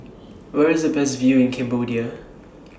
Where IS The Best View in Cambodia